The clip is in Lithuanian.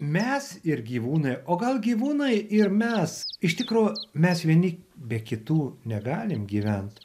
mes ir gyvūnai o gal gyvūnai ir mes iš tikro mes vieni be kitų negalime gyventi